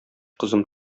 кызым